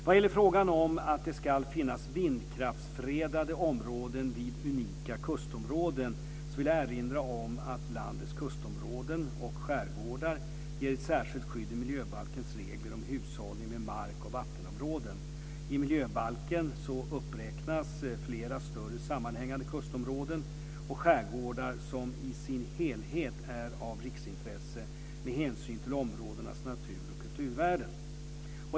Vad gäller frågan om att det ska finnas vindkraftsfredade områden vid unika kustområden vill jag erinra om att landets kustområden och skärgårdar ges ett särskilt skydd i miljöbalkens regler om hushållning med mark och vattenområden. I miljöbalken uppräknas flera större sammanhängande kustområden och skärgårdar som i sin helhet är av riksintresse med hänsyn till områdenas natur och kulturvärden.